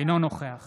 אינו נוכח